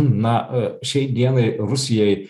na šiai dienai rusijai